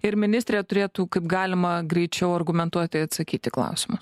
ir ministrė turėtų kaip galima greičiau argumentuotai atsakyt į klausimą